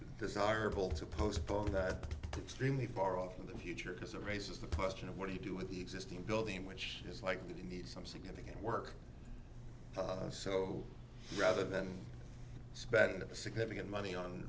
desirable to postpone that extremely far off in the future because it raises the question of what do you do with the existing building which is likely to need some significant work so rather than spend significant money on